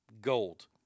Gold